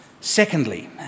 Secondly